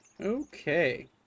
Okay